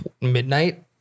midnight